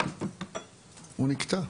הוא נקטע.